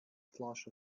flash